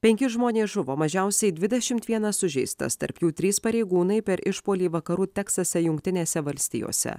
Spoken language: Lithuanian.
penki žmonės žuvo mažiausiai dvidešimt vienas sužeistas tarp jų trys pareigūnai per išpuolį vakarų teksase jungtinėse valstijose